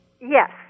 Yes